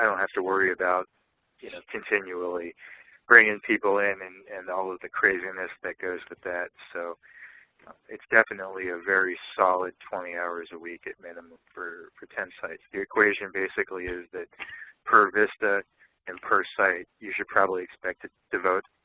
have to worry about you know continually bringing people in and and all of the craziness that goes with that, so it's definitely a very solid twenty hours a week at minimum for the ten sites. the equation basically is that per vista and per site you should probably expect to devote,